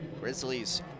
Grizzlies